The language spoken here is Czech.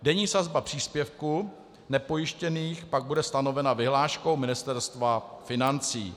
Denní sazba příspěvku nepojištěných pak bude stanovena vyhláškou Ministerstva financí.